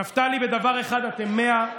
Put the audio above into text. נפתלי, בדבר אחד אתם 100,